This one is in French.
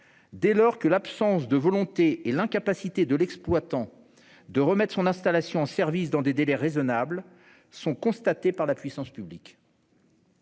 dès lors que l'absence de volonté ainsi que l'incapacité de l'exploitant de remettre son installation en service dans des délais raisonnables sont constatées par la puissance publique.